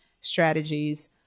strategies